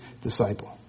disciple